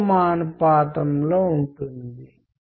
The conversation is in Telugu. లేదా మీరు మర్యాదపూర్వకంగా మాట్లాడుతున్నారే కానీ మీరు కోపంగా ఉన్నారు